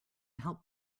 help